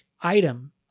item